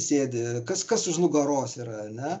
sėdi kas kas už nugaros yra ane